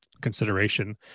consideration